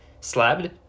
slabbed